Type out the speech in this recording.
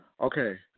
Okay